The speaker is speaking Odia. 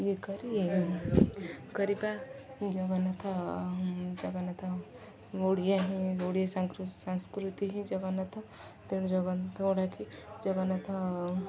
ଇଏ କରି କରିବା ଜଗନ୍ନାଥ ଜଗନ୍ନାଥ ଓଡ଼ିଆ ହିଁ ଓଡ଼ିଆ ସଂସ୍କୃତି ହିଁ ଜଗନ୍ନାଥ ତେଣୁ ଜଗନ୍ନାଥ ଗୁଡ଼ାକି ଜଗନ୍ନାଥ